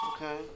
Okay